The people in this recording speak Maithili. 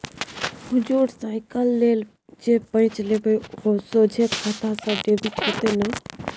हुजुर साइकिल लेल जे पैंच लेबय ओ सोझे खाता सँ डेबिट हेतेय न